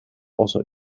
also